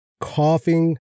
coughing